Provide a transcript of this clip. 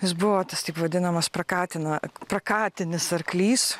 jis buvo tas taip vadinamas prakatina prakatinis arklys